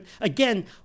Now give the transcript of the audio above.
again